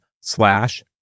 slash